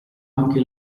anche